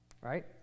Right